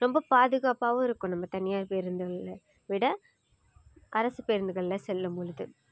ரொம்ப பாதுகாப்பாகவும் இருக்கும் நம்ம தனியார் பேருந்துகளில் விட அரசு பேருந்துகளில் செல்லும்பொழுது